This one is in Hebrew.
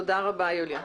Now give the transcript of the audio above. תודה רבה יוליה.